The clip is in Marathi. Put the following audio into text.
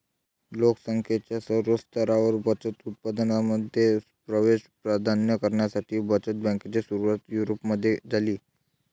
लोक संख्येच्या सर्व स्तरांवर बचत उत्पादनांमध्ये प्रवेश प्रदान करण्यासाठी बचत बँकेची सुरुवात युरोपमध्ये झाली